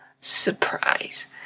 surprise